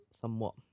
somewhat